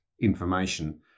information